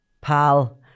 pal